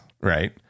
right